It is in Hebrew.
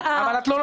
תני לו לסיים.